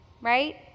right